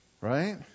right